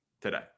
today